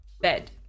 bed